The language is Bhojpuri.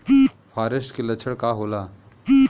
फारेस्ट के लक्षण का होला?